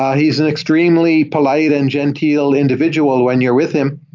ah he's an extremely polite and genteel individual when you're with him,